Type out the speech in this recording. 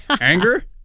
Anger